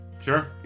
sure